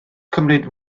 cymryd